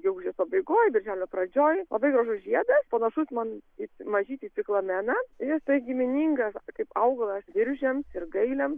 gegužės pabaigoj birželio pradžioj labai gražus žiedas panašus man į mažytį ciklameną jisai giminingas kaip augalas viržiams ir gailiams